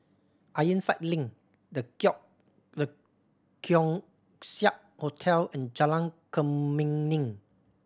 Ironside Link The Keong The Keong Saik Hotel and Jalan Kemuning